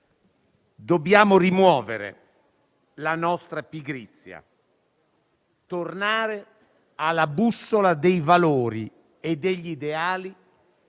Dobbiamo rimuovere la nostra pigrizia, tornare alla bussola dei valori e degli ideali